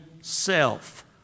self